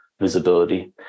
visibility